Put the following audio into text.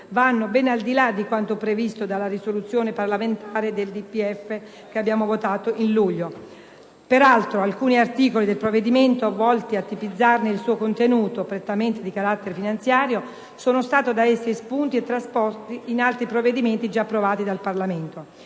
vanno ben al di là di quanto previsto dalla risoluzione parlamentare di approvazione del DPEF votata a luglio. Peraltro, alcuni articoli del provvedimento originario - volti a tipizzarne il suo contenuto, prettamente di carattere finanziario - sono stati da esso espunti e trasposti in altri provvedimenti già approvati dal Parlamento.